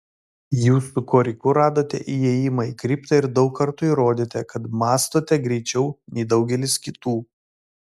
jūs su koriku radote įėjimą į kriptą ir daug kartų įrodėte kad mąstote greičiau nei daugelis kitų